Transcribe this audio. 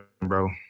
bro